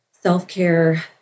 self-care